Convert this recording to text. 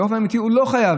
באופן אמיתי, הוא לא חייב.